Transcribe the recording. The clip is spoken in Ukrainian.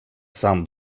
сам